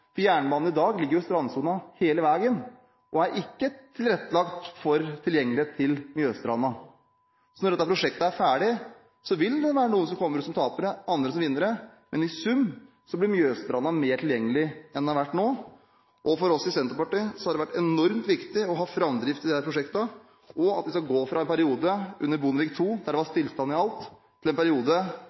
for jernbanen i dag ligger jo i strandsonen hele veien og er ikke tilrettelagt for tilgjengelighet til mjøsstranda. Så når dette prosjektet er ferdig, vil noen komme ut som tapere og andre som vinnere, men i sum blir mjøsstranda mer tilgjengelig enn den har vært til nå. For oss i Senterpartiet har det vært enormt viktig å ha framdrift i disse prosjektene, og at det skal gå fra en periode under Bondevik II, der det var stillstand i alt, til en periode